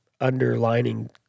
underlining